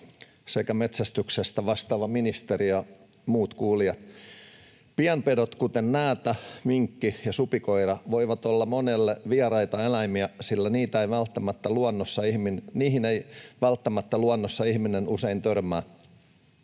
sekä metsästyksestä vastaava ministeri ja muut kuulijat! Pienpedot, kuten näätä, minkki ja supikoira, voivat olla monelle vieraita eläimiä, sillä niihin ei välttämättä luonnossa ihminen usein törmää.